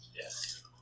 Yes